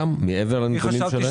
גם מעבר לנתונים שלהם?